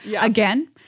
again